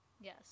Yes